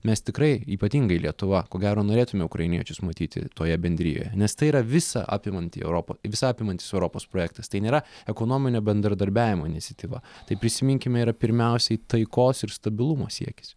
mes tikrai ypatingai lietuva ko gero norėtume ukrainiečius matyti toje bendrijoje nes tai yra visa apimanti europa visa apimantis europos projektas tai nėra ekonominio bendradarbiavimo iniciatyva tai prisiminkime yra pirmiausiai taikos ir stabilumo siekis